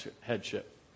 headship